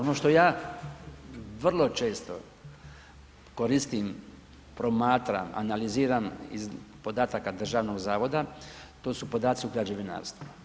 Ono što ja vrlo često koristim, promatram, analiziram iz podataka državnog zavoda, to su podaci u građevinarstvu.